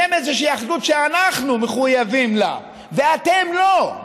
בשם איזושהי אחדות שאנחנו מחויבים לה ואתם לא,